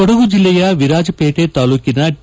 ಕೊಡಗು ಜಿಲ್ಲೆಯ ವಿರಾಜಪೇಟೆ ತಾಲ್ಲೂಕಿನ ಟ